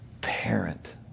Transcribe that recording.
parent